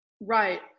Right